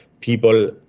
people